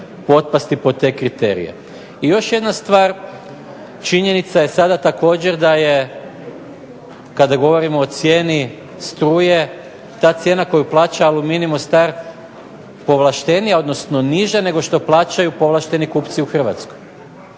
potpasti pod te kriterije. I još jedna stvar činjenica je sada također da je kada govorimo o cijeni struje, ta cijena koju plaća "Aluminimo star" povlaštenija, odnosno niža nego što plaćaju povlašteni kupci u Hrvatskoj.